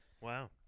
Wow